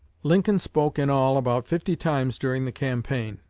lincoln spoke in all about fifty times during the campaign.